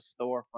storefront